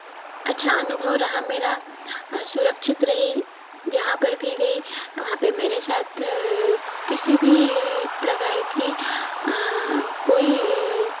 अच्छा अनुभव रहा मेरा सुरक्षित रही जहाँ पर भी गई वहाँ पे मेरे साथ किसी भी प्रकार की कोई